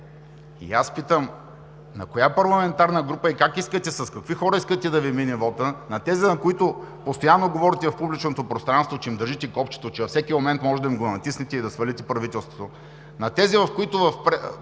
И аз питам: на коя парламентарна група и с какви хора искате да Ви мине вотът – на тези, на които постоянно говорите в публичното пространство, че им държите копчето и всеки момент можете да го натиснете и да свалите правителството? На тези, които в предни